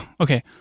okay